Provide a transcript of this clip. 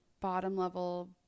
bottom-level